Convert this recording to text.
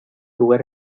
lugar